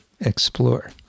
explore